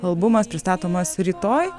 albumas pristatomas rytoj